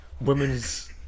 women's